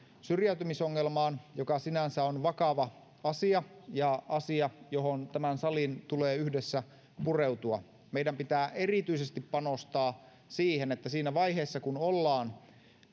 syrjäytymisongelmaan joka sinänsä on vakava asia ja asia johon tämän salin tulee yhdessä pureutua meidän pitää erityisesti panostaa siihen että siinä vaiheessa kun ollaan